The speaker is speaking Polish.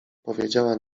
powiedziała